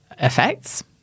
effects